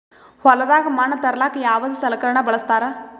ಹೊಲದಾಗ ಮಣ್ ತರಲಾಕ ಯಾವದ ಸಲಕರಣ ಬಳಸತಾರ?